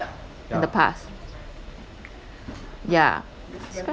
in the past yeah